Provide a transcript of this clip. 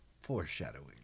Foreshadowing